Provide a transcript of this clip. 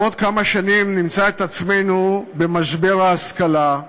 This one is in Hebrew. בעוד כמה שנים נמצא את עצמנו ב"משבר ההשכלה",